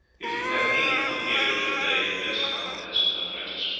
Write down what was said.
if you have need to come here during the day, you had best come as an apprentice.